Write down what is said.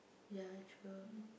ya true